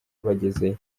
bagezeyo